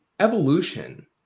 Evolution